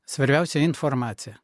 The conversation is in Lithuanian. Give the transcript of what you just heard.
svarbiausia informacija